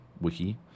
wiki